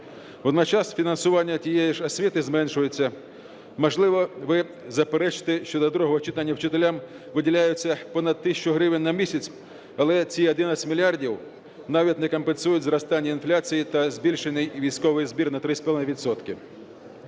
водночас фінансування тієї ж освіти зменшується. Можливо, ви заперечите, щодо другого читання, вчителям виділяються понад тисячу гривень на місяць. Але ці 11 мільярдів навіть не компенсують зростання інфляції та збільшений військовий збір на 3,5